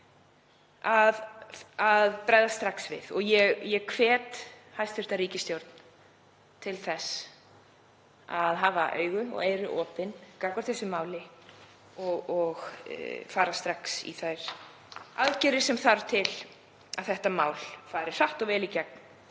að bregðast strax við. Ég hvet hæstv. ríkisstjórn til að hafa augu og eyru opin gagnvart þessu máli og fara strax í þær aðgerðir sem þarf til að það fari hratt og vel í gegn